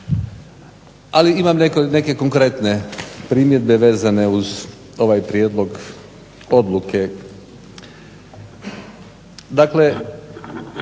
Ali imam neke konkretne primjedbe vezane uz ovaj prijedlog odluke. Dakle,